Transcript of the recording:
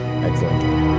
Excellent